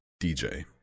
dj